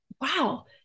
wow